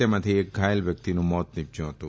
તેમાંથી એક ઘાયલ વ્યક્તિનું મોત નિપજ્યું હતું